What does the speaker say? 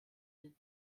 den